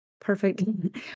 perfect